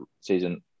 season